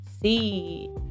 see